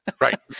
Right